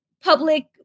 public